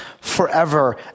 forever